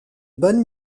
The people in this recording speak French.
bonne